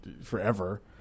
forever